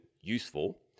useful